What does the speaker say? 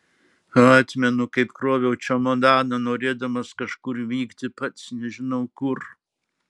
atmenu kaip kroviau čemodaną norėdamas kažkur vykti pats nežinau kur